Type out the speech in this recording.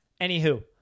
anywho